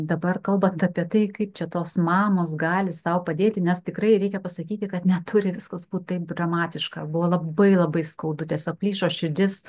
dabar kalbant apie tai kaip čia tos mamos gali sau padėti nes tikrai reikia pasakyti kad neturi viskas taip dramatiška buvo labai labai skaudu tiesiog plyšo širdis